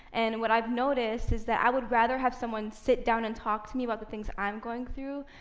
and what i've noticed is that i would rather have someone sit down and talk to me about the things i'm going through,